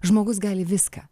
žmogus gali viską